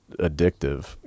addictive